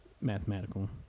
mathematical